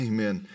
Amen